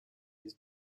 his